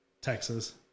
Texas